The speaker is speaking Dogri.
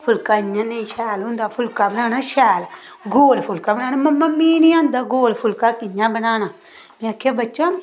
फुलका इ'यां नेईं शैल होंदा फुलका बनाना शैल गोल फुलका बनाना ममां मी नेईं औंदा गोल फुलका कि'यां बनाना में आखेआ बच्चा